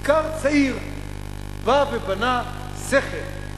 איכר צעיר בא ובנה סכר.